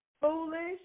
foolish